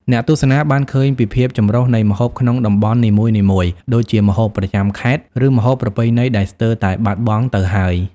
អ្នកទស្សនាបានឃើញពីភាពចម្រុះនៃម្ហូបក្នុងតំបន់នីមួយៗ ដូចជាម្ហូបប្រចាំខេត្ត ឬម្ហូបប្រពៃណីដែលស្ទើរតែបាត់បង់ទៅហើយ។